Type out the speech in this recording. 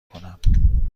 کنم